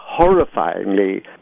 horrifyingly